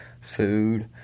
food